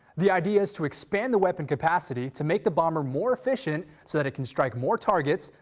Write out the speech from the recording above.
the idea is to expand the weapon capacity to make the bomber more efficient so that it can strike more targets,